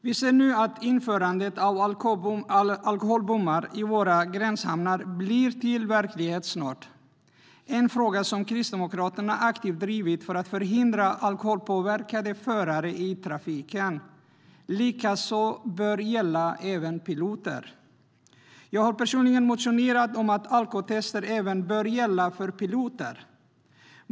Vi ser nu att införandet av alkoholbommar i våra gränshamnar blir till verklighet snart. Det är en fråga som Kristdemokraterna aktivt drivit för att förhindra alkoholpåverkade förare i trafiken. Det bör gälla även piloter. Jag har personligen motionerat om att alkotester även bör gälla för piloter.